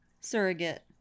Surrogate